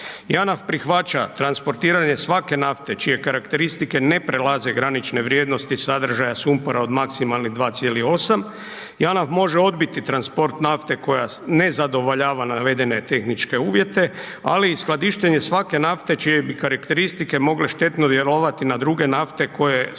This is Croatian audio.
Janaf prihvaća transportiranje svake nafte čije karakteristike ne prelaze granične vrijednosti sadržaja sumpora od maksimalnih 2,8. Janaf može odbiti transport nafte koja ne zadovoljava navedene tehničke uvjete, ali i skladištenje svake nafte čije bi karakteristike mogle štetno vjerovati na druge nafte koje se